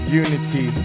unity